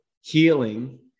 healing